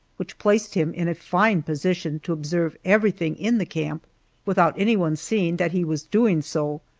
which placed him in a fine position to observe everything in the camp without anyone seeing that he was doing so,